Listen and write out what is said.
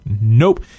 Nope